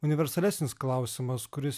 universalesnis klausimas kuris